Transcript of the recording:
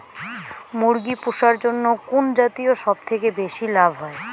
মুরগি পুষার জন্য কুন জাতীয় সবথেকে বেশি লাভ হয়?